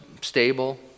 stable